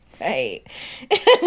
Right